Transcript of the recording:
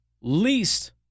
least